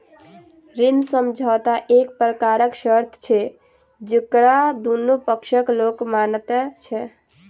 ऋण समझौता एक प्रकारक शर्त अछि जकरा दुनू पक्षक लोक मानैत छै